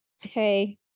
hey